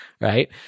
right